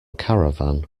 caravan